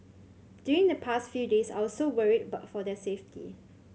during the past few days I was so worried about for their safety